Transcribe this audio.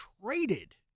traded